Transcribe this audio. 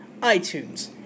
iTunes